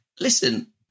listen